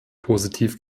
positiv